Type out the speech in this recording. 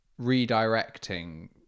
redirecting